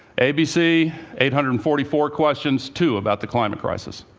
abc eight hundred and forty four questions, two about the climate crisis.